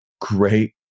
great